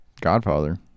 Godfather